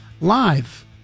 live